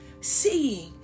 seeing